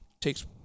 takes